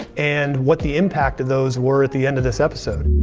and what the impact of those were at the end of this episode.